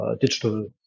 digital